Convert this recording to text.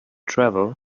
travel